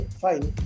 fine